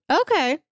Okay